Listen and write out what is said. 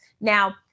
Now